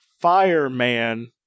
Fire-Man